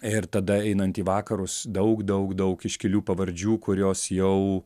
ir tada einant į vakarus daug daug daug iškilių pavardžių kurios jau